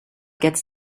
gets